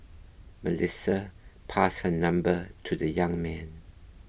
Melissa passed her number to the young man